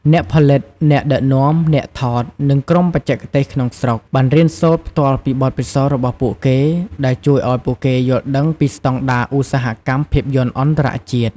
អ្នកផលិត អ្នកដឹកនាំ អ្នកថត និងក្រុមបច្ចេកទេសក្នុងស្រុក បានរៀនសូត្រផ្ទាល់ពីបទពិសោធន៍របស់ពួកគេ ដែលជួយឱ្យពួកគេយល់ដឹងពីស្តង់ដារឧស្សាហកម្មភាពយន្តអន្តរជាតិ។